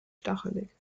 stachelig